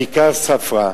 כיכר ספרא,